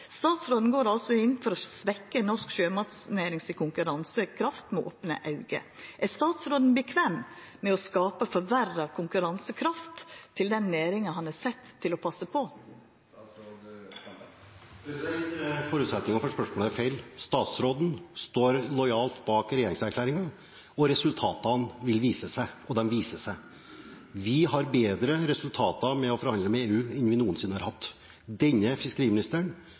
Statsråden går altså med opne auge inn for å svekkja konkurransekrafta til norsk sjømatnæring. Er statsråden komfortabel med å skapa forverra konkurransekraft for den næringa han er sett til å passa på? Forutsetningen for spørsmålet er feil. Statsråden står lojalt bak regjeringserklæringen. Resultatene vil vise seg – og de viser seg. Vi har bedre resultater gjennom å forhandle med EU enn vi noensinne har hatt. Denne fiskeriministeren